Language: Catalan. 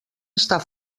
estar